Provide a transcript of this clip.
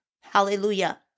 Hallelujah